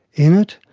in it,